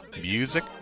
music